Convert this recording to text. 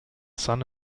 son